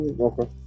Okay